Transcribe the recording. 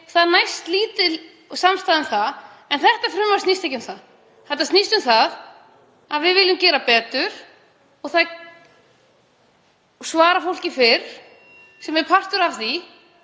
Það næst lítil samstaða um það. En þetta frumvarp snýst ekki um það. Það snýst um að við viljum gera betur og svara fólki fyrr, sem er partur af því.